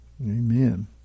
Amen